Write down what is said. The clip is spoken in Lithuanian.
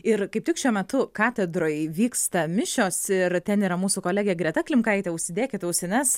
ir kaip tik šiuo metu katedroj vyksta mišios ir ten yra mūsų kolegė greta klimkaitė užsidėkit ausines